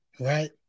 right